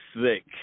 sick